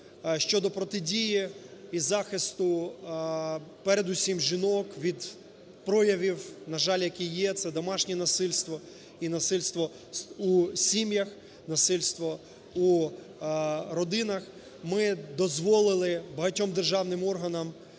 щодо протидії і захисту, передусім, жінок від проявів, на жаль, які є це домашнє насильство і насильство у сім'ях. Насильство у родинах. Ми дозволили багатьом державним органам